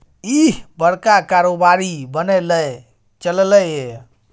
इह बड़का कारोबारी बनय लए चललै ये